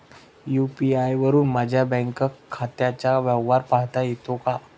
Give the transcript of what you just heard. UPI वरुन माझ्या bank खात्याचा व्यवहार पाहता येतो का?